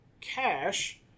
cash